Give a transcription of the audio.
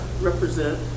represent